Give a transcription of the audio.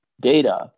data